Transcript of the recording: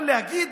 אבל להגיד: